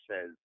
says